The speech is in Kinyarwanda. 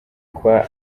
kwa